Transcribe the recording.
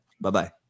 Bye-bye